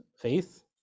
faith